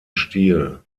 stil